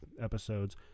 episodes